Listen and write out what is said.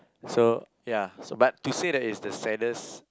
so ya so but to say that it's the saddest